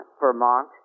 Vermont